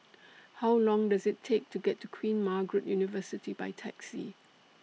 How Long Does IT Take to get to Queen Margaret University By Taxi